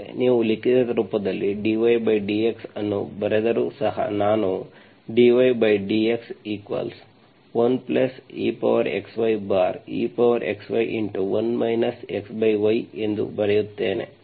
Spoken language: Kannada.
ನೀವು ಲಿಖಿತ ರೂಪದಲ್ಲಿdydx ಅನ್ನು ಬರೆದರೂ ಸಹನಾನು dydx1exyexy1 xy ಎಂದು ಬರೆಯುತ್ತೇನೆ